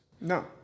No